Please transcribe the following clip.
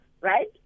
right